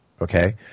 okay